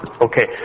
Okay